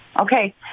Okay